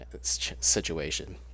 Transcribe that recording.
situation